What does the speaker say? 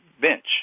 bench